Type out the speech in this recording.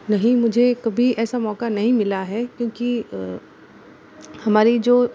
नहीं मुझे कभी ऐसा मौका नहीं मिला है क्योंकि हमारी जो